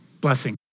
Blessing